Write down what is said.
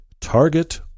target